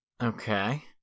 Okay